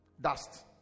Dust